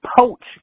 poach